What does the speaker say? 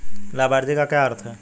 लाभार्थी का क्या अर्थ है?